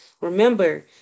Remember